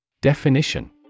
Definition